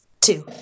Two